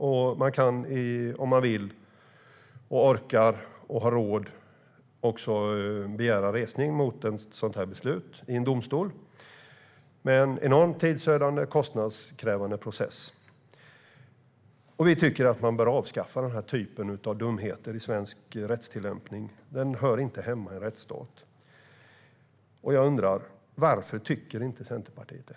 Om man vill, orkar och har råd kan man begära resning mot ett sådant här beslut i en domstol, men det är en enormt tidsödande och kostnadskrävande process. Vi tycker att man bör avskaffa den här typen av dumheter i svensk rättstillämpning, för det hör inte hemma i en rättsstat. Varför tycker inte Centerpartiet det?